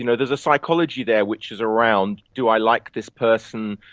you know there is a psychology there which is around do i like this person,